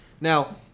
Now